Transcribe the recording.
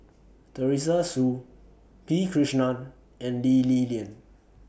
Teresa Hsu P Krishnan and Lee Li Lian